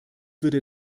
würde